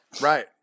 Right